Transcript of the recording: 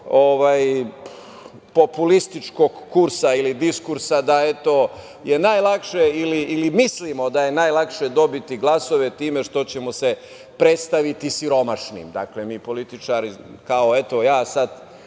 populističkog kursa ili diskursa da, eto, je najlakše ili mislimo da je najlakše dobiti glasove time što ćemo se predstaviti siromašnim. Dakle, mi političari, kao,